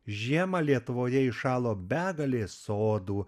žiemą lietuvoje iššalo begalė sodų